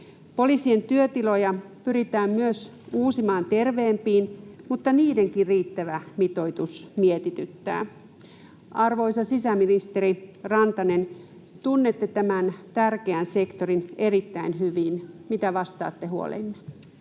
Poliisien työtiloja pyritään myös uusimaan terveempiin, mutta niidenkin riittävä mitoitus mietityttää. Arvoisa sisäministeri Rantanen, tunnette tämän tärkeän sektorin erittäin hyvin. Mitä vastaatte huoleemme?